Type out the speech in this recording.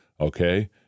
okay